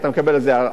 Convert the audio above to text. אתה מקבל על זה 4,000,